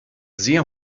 sehr